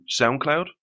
SoundCloud